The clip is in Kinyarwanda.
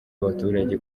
abaturage